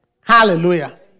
Hallelujah